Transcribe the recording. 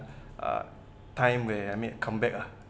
uh time where I made a comeback ah